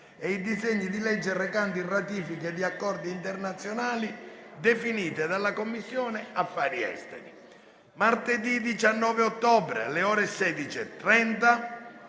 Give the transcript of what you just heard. e i disegni di legge recanti ratifiche di accordi internazionali definite dalla Commissione affari esteri. Martedì 19 ottobre, alle ore 16,30,